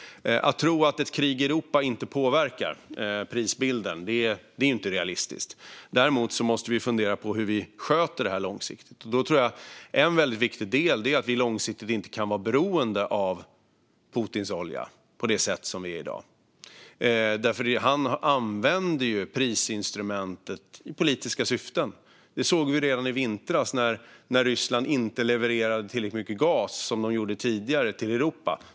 Att tro att ett krig i Europa inte påverkar prisbilden är inte realistiskt. Däremot måste vi fundera på hur vi sköter det här långsiktigt. Då tror jag att en viktig del är att vi långsiktigt inte kan vara beroende av Putins olja på det sätt som vi är i dag, för han använder prisinstrumentet i politiska syften. Det såg vi redan i vintras när Ryssland inte levererade tillräckligt mycket gas, som de gjorde tidigare, till Europa.